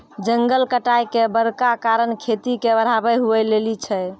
जंगल कटाय के बड़का कारण खेती के बढ़ाबै हुवै लेली छै